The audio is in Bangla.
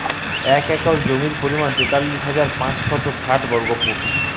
এক একর জমির পরিমাণ তেতাল্লিশ হাজার পাঁচশত ষাট বর্গফুট